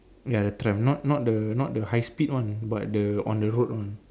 ya the tram not not the not the high speed one but the on the road one